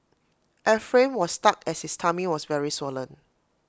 Ephraim was stuck as his tummy was very swollen